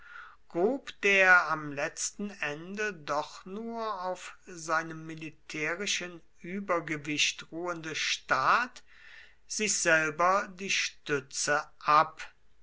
grub der am letzten ende doch nur auf seinem militärischen übergewicht ruhende staat sich selber die stütze ab